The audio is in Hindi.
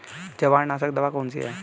जवार नाशक दवा कौन सी है?